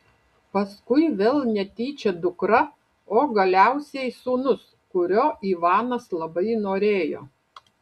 paskui vėl netyčia dukra o galiausiai sūnus kurio ivanas labai norėjo